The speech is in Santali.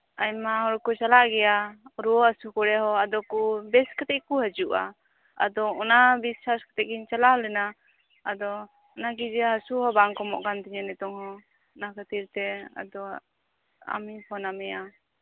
ᱟᱭᱢᱟ ᱦᱚᱲ ᱠᱚ ᱪᱟᱞᱟᱜ ᱜᱮᱭᱟ ᱨᱩᱣᱟᱹ ᱦᱟᱹᱥᱩ ᱠᱚᱨᱮᱦᱚᱸ ᱟᱫᱚ ᱵᱮᱥ ᱠᱟᱛᱮᱜ ᱜᱮᱠᱚ ᱦᱤᱡᱩᱜᱼᱟ ᱟᱫᱚ ᱚᱱᱟ ᱵᱤᱥᱥᱟᱥ ᱠᱟᱛᱮᱜ ᱜᱤᱧ ᱪᱟᱞᱟᱣ ᱞᱮᱱᱟ ᱟᱫᱚ ᱚᱱᱟᱜᱮ ᱡᱮ ᱦᱟᱹᱥᱩ ᱦᱚᱸ ᱵᱟᱝ ᱠᱚᱢᱚᱜ ᱠᱟᱱ ᱛᱤᱧᱟᱹ ᱱᱤᱛᱟᱝ ᱦᱚᱸ ᱚᱱᱟ ᱠᱷᱟᱹᱛᱤᱨᱛᱮ ᱟᱫᱚ ᱟᱢᱤᱧ ᱯᱷᱚᱱ ᱟᱜ ᱢᱮᱭᱟ